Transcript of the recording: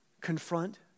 Confront